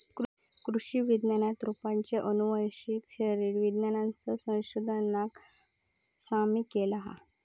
कृषि विज्ञानात रोपांच्या आनुवंशिक शरीर विज्ञानाच्या संशोधनाक सामील केला हा